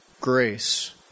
grace